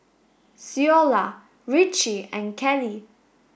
Ceola Ritchie and Keli